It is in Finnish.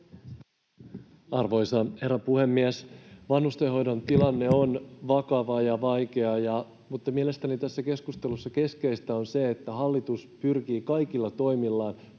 Arvoisa herra puhemies! Vanhustenhoidon tilanne on vakava ja vaikea, mutta mielestäni tässä keskustelussa keskeistä on se, että hallitus pyrkii kaikilla toimillaan